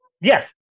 Yes